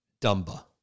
Dumba